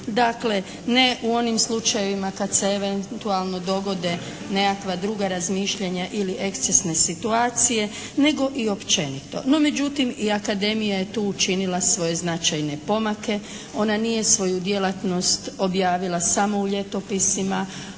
Dakle, ne u onim slučajevima kada se eventualno dogode nekakva druga razmišljanja ili ekscesne situacije, nego i općenito. No međutim, i akademija je tu učinila svoje značajne pomake. Ona nije svoju djelatnost objavila samo u ljetopisima.